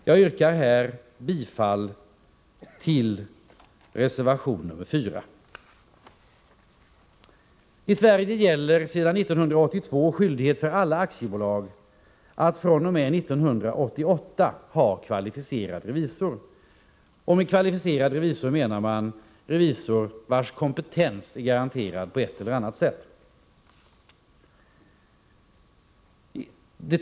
Jag yrkar här bifall till reservation 4. I Sverige har vi sedan 1982 en lag om skyldighet för alla aktiebolag att fr.o.m. 1988 ha kvalificerad revisor, och med kvalificerad revisor menas en revisor vars kompetens är garanterad på ett eller annat sätt.